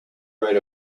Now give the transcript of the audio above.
write